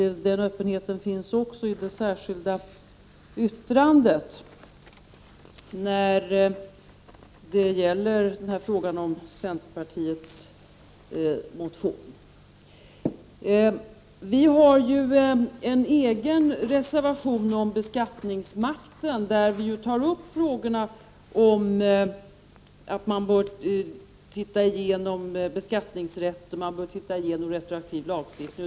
1989/90:36 också i det särskilda yttrandet nr 1, där vi säger att vi delar den uppfattning 30 november 1990 som kommer till uttryck i centerpartiets motion. dT Re Vi i folkpartiet har ju en egen reservation om beskattningsmakten. I denna reservation säger vi att man bör se över beskattningsrätten och den retroaktiva lagstiftningen.